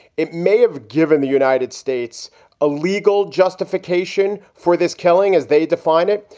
it may have given the united states a legal justification for this killing as they define it.